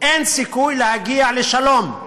אין סיכוי להגיע לשלום.